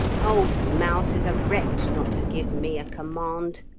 old mouse is a wretch not to give me a command,